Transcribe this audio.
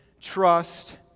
trust